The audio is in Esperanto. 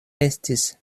estis